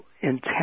intent